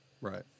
right